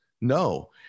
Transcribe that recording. No